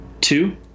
two